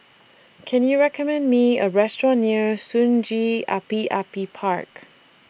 Can YOU recommend Me A Restaurant near Sungei Api Api Park